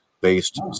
based